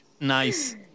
Nice